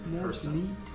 person